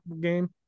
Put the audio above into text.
game